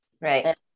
Right